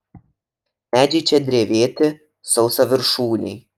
medžiai čia drevėti sausaviršūniai